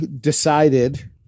decided